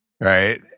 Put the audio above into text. Right